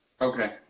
okay